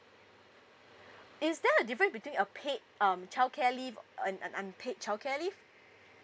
is there a difference between a paid um childcare leave and unpaid childcare leave